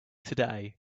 today